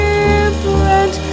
Different